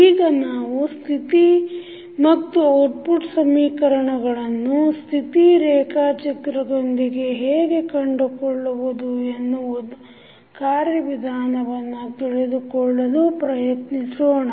ಈಗ ನಾವು ಸ್ಥಿತಿ ಮತ್ತು ಔಟ್ಪುಟ್ ಸಮೀಕರಣಗಳನ್ನು ಸ್ಥಿತಿ ರೇಖಾಚಿತ್ರದೊಂದಿಗೆ ಹೇಗೆ ಕಂಡುಕೊಳ್ಳುವುದು ಎನ್ನುವ ಕಾರ್ಯವಿಧಾನವನ್ನು ತಿಳಿದುಕೊಳ್ಳಲು ಪ್ರಯತ್ನಿಸೋಣ